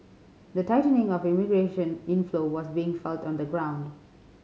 the tightening of immigration inflow was being felt on the ground